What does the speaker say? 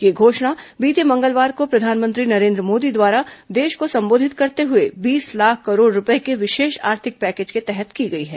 यह घोषणा बीते मंगलवार को प्रधानमंत्री नरेन्द्र मोदी द्वारा देश संबोधित करते हुए बीस लाख करोड़ रुपये के विशेष आर्थिक पैकेज के तहत की गई है